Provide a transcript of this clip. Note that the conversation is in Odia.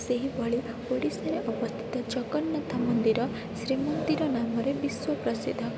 ସେହିଭଳି ଓଡ଼ିଶାରେ ଅବସ୍ଥିତ ଜଗନ୍ନାଥ ମନ୍ଦିର ଶ୍ରୀମନ୍ଦିର ନାମରେ ବିଶ୍ୱ ପ୍ରସିଦ୍ଧ